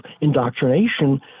indoctrination